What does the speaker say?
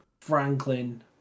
Franklin